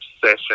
session